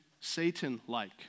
Satan-like